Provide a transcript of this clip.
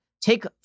take